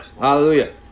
hallelujah